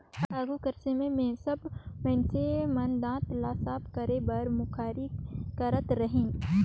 आघु कर समे मे सब मइनसे मन दात ल साफ करे बर मुखारी करत रहिन